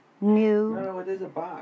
new